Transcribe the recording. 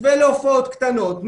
מתווה להופעות קטנות,